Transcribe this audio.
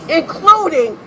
including